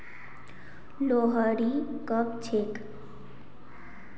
लोहड़ी कब छेक